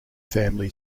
family